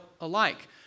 alike